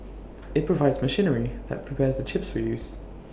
IT provides machinery that prepares the chips for use